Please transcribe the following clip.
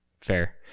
fair